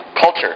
Culture